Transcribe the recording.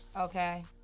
Okay